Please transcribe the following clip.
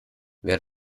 wer